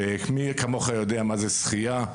אדוני, מי כמוך יודע מה הוא עולם השחייה,